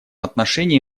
отношении